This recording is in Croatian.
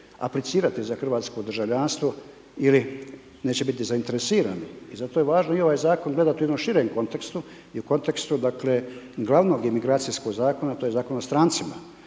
za hrvatsko državljanstvo ili neće biti zainteresirani i zato je važno i ovaj zakon gledati u jednom širem kontekstu i u kontekstu dakle glavnog imigracijskog zakona a to je Zakon o strancima.